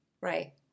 Right